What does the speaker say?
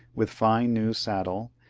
with fine new saddle,